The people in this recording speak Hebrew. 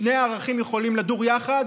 שני הערכים יכולים לדור יחד,